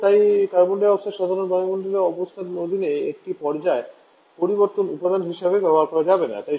এবং তাই carbon dioxide সাধারণ বায়ুমণ্ডলীয় অবস্থার অধীনে একটি পর্যায় পরিবর্তন উপাদান হিসাবে ব্যবহার করা যাবে না